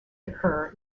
occur